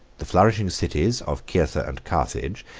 the flourishing cities of cirtha and carthage,